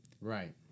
right